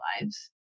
lives